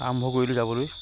আৰম্ভ কৰিলোঁ যাবলৈ